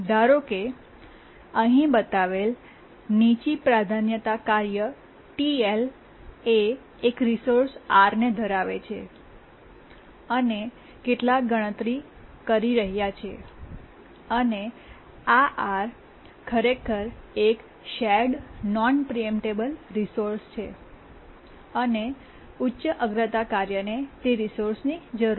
ધારો કે અહીં અહીં બતાવેલ નીચી પ્રાધાન્યતા કાર્ય T L એ એક રિસોર્સ R ને ધરાવે છે અને કેટલાક ગણતરી R કરી રહ્યાં છે અને આ R ખરેખર એક શેર્ડ નોન પ્રીએમ્પટેબલ રિસોર્સ છે અને ઉચ્ચ અગ્રતા કાર્યને તે રિસોર્સ ની જરૂર છે